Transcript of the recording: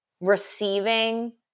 receiving